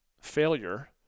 failure